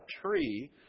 tree